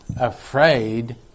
afraid